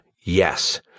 Yes